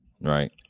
Right